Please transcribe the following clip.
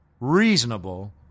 reasonable